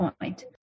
point